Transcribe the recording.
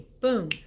boom